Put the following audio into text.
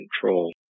control